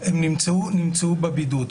נמצאו בבידוד.